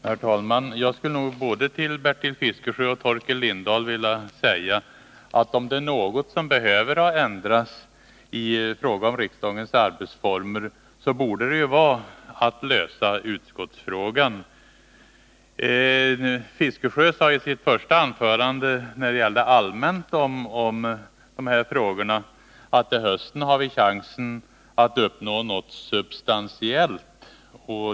Herr talman! Jag skulle vilja säga till både Bertil Fiskesjö och Torkel Lindahl att om det är något som behöver ändras i fråga om riksdagens arbetsformer borde det vara partiernas representation i utskotten. Bertil Fiskesjö sade i sitt första anförande om de här frågorna rent allmänt att vi till hösten har chansen att uppnå något substantiellt.